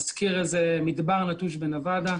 מזכיר איזה מדבר נטוש בנבאדה,